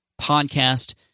podcast